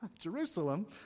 Jerusalem